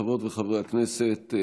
חברות וחברי הכנסת,